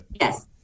Yes